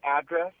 address